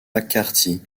mccarthy